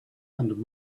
and